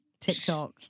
TikTok